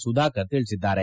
Sudhakar ಶಿಳಿಸಿದ್ದಾರೆ